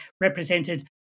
represented